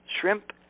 Shrimp